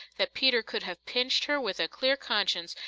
that peter could have pinched her with a clear conscience,